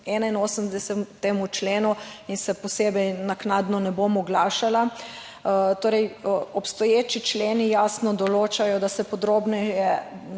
81. členu in se posebej naknadno ne bom oglašala. Torej, obstoječi členi jasno določajo, da se podrobneje